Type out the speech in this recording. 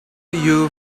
you